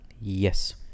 Yes